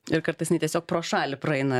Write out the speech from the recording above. ir kartais jinai tiesiog pro šalį praeina